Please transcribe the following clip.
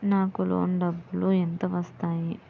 నాకు లోన్ డబ్బులు ఎంత వస్తాయి?